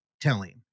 telling